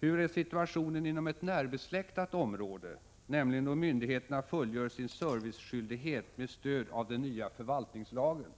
Hur är situationen inom ett närbesläktat område, nämligen då myndigheterna fullgör sin serviceskyldighet med stöd av den nya förvaltningslagen?